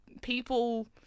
people